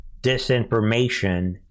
disinformation